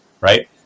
right